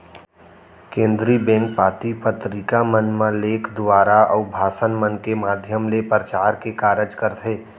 केनदरी bank पाती पतरिका मन म लेख दुवारा, अउ भासन मन के माधियम ले परचार के कारज करथे